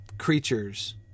Creatures